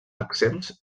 exempts